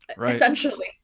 essentially